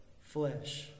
flesh